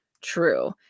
true